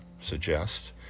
suggest